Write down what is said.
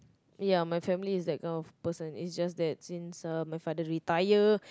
ya my family is that kind of person it's just that since um my father retire